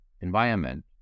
environment